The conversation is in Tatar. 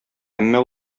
әмма